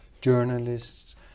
journalists